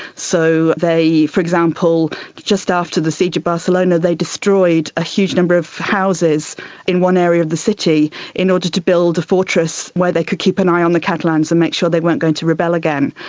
so they for example just after the siege of barcelona they destroyed a huge number of houses in one area of the city in order to build a fortress where they could keep an eye on the catalans and make sure they weren't going to rebel again.